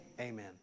Amen